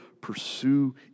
pursue